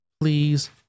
please